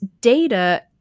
Data